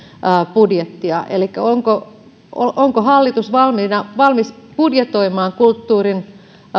budjettia elikkä onko hallitus valmis budjetoimaan kulttuurin